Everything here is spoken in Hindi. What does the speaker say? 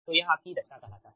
तो यह आपकी दक्षता कहलाता हैं